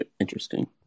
interesting